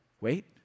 Wait